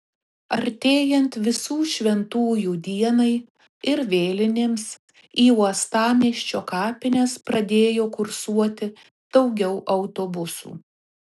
artėjant visų šventųjų dienai ir vėlinėms į uostamiesčio kapines pradėjo kursuoti daugiau autobusų